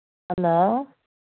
hello